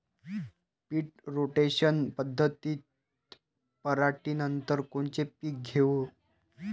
पीक rotation पद्धतीत पराटीनंतर कोनचे पीक घेऊ?